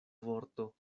vorto